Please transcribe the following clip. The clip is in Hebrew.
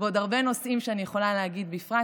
בעוד הרבה נושאים שאני יכולה להגיד "בפרט",